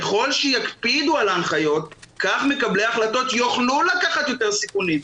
ככל שיקפידו על ההנחיות כך מקבלי ההחלטות יוכלו לקחת יותר סיכונים.